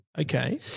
Okay